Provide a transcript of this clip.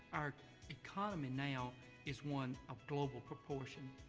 our economy now is one of global proportion.